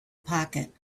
pocket